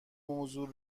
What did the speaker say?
موضوع